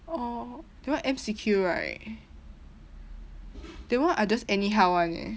orh that one M_C_Q right that one I just anyhow [one] eh